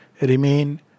remain